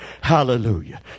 hallelujah